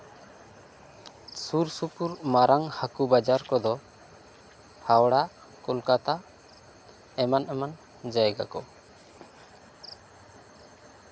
ᱥᱩᱨ ᱥᱩᱯᱩᱨ ᱢᱟᱨᱟᱝ ᱦᱟᱹᱠᱩ ᱵᱟᱡᱟᱨ ᱠᱚᱫᱚ ᱦᱟᱣᱲᱟ ᱠᱳᱞᱠᱟᱛᱟ ᱮᱢᱟᱱ ᱮᱢᱟᱱ ᱡᱟᱭᱜᱟ ᱠᱚ